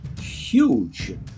huge